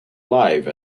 live